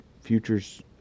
futures